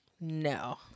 No